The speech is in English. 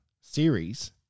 series